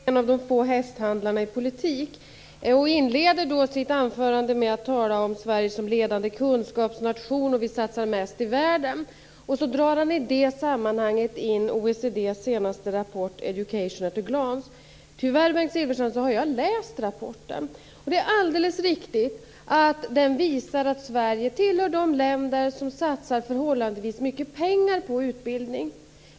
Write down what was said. Fru talman! Bengt Silfverstrand är en av de få hästhandlarna inom politiken. Han inledde sitt anförande med att tala om Sverige som ledande kunskapsnation och sade att vi satsar mest i världen. I det sammanhanget drar han in OECD:s senaste rapport Education at a glance. Tyvärr, Bengt Silfverstrand, så har jag läst den rapporten. Det är alldeles riktigt att den visar att Sverige tillhör de länder som satsar förhållandevis mycket pengar på utbildning.